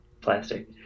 plastic